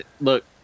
look